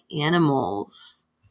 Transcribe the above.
animals